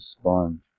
sponge